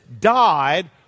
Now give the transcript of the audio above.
died